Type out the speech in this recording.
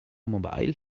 mobile